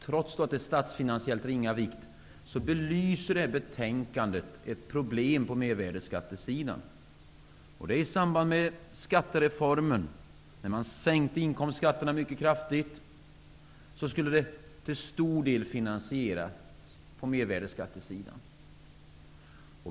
Trots att det är av statsfinansiellt ringa vikt belyser det här betänkandet ett problem på mervärdesskattesidan. När man genom skattereformen sänkte inkomstskatterna mycket kraftigt, skulle detta till stor del finansieras på mervärdesskattesidan.